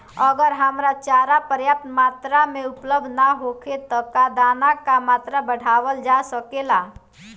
अगर हरा चारा पर्याप्त मात्रा में उपलब्ध ना होखे त का दाना क मात्रा बढ़ावल जा सकेला?